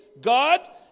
God